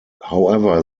however